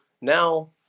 now